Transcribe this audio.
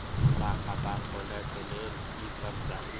हमरा खाता खोले के लेल की सब चाही?